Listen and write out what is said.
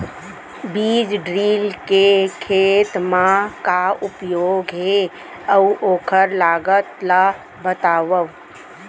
बीज ड्रिल के खेत मा का उपयोग हे, अऊ ओखर लागत ला बतावव?